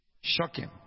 Shocking